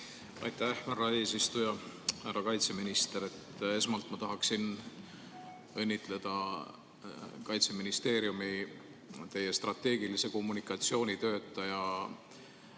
Aitäh, härra eesistuja! Härra kaitseminister! Esmalt tahaksin õnnitleda Kaitseministeeriumi teie strateegilise kommunikatsiooni töötaja